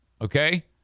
Okay